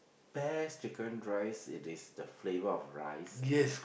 best chicken rice it is the flavour of rice and